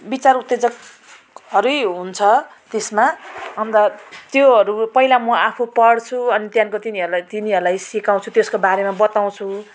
विचार उत्तेजकहरू यही हुन्छ त्यसमा अन्त त्योहरू पहिला म आफू पढ्छु अनि त्यहाँदेखिको तिनीहरूलाई तिनीहरूलाई सिकाउँछु त्यसको बारेमा बताउँछु